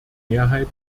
mehrheit